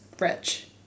rich